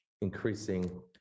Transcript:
increasing